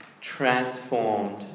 transformed